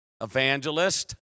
evangelist